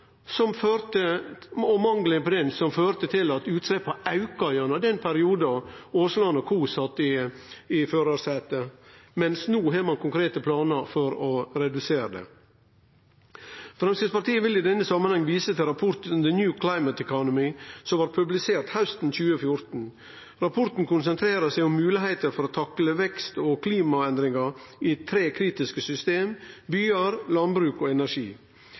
som førte til at utsleppa auka gjennom den perioden Aasland og co. sat i førarsetet, mens ein no har konkrete planar for å redusere dei? Framstegspartiet vil i denne samanhengen vise til rapporten The New Climate Economy, som blei publisert hausten 2014. Rapporten konsentrerer seg om moglegheiter for å takle vekst og klimaendringar i tre kritiske system: byar, landbruk og energi.